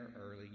early